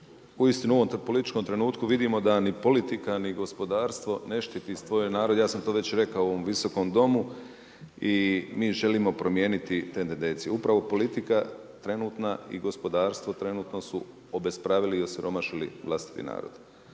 U istinu u ovom političkom trenutku, vidimo da ni politika ni gospodarstvo ne štiti svoj narod, ja sam to već rekao u ovom visokom Domu i mi želimo promijeniti te tendencije. Upravo politika trenutna i gospodarstvo trenutno su obespravili i osiromašili vlastiti narod.